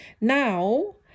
Now